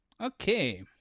Okay